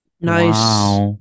nice